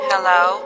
Hello